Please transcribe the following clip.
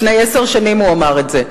לפני עשר שנים הוא אמר את זה.